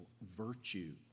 virtue